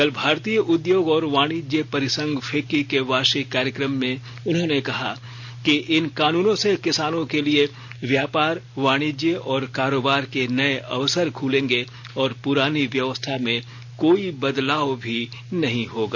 कल भारतीय उद्योग और वाणिज्य परिसंघ फिक्की के वार्षिक कार्यक्रम ने उन्होंने कहा कि इन कानूनों से किसानों के लिए व्यापार वाणिज्य और कारोबार के नये अवसर खुलेगे और पुरानी व्यवस्था में कोई बदलाव भी नहीं होगा